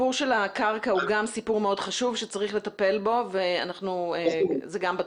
הסיפור של הקרקע גם הוא סיפור מאוד חשוב שצריך לטפל בו וגם זה בתוכנית.